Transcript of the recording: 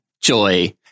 Joy